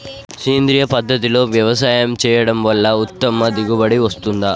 సేంద్రీయ పద్ధతుల్లో వ్యవసాయం చేయడం వల్ల ఉత్తమ దిగుబడి వస్తుందా?